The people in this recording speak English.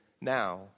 now